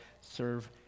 serve